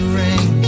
ring